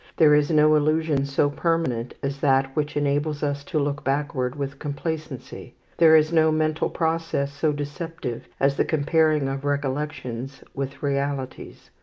there is no illusion so permanent as that which enables us to look backward with complacency there is no mental process so deceptive as the comparing of recollections with realities.